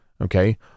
Okay